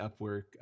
Upwork